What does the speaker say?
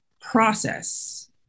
process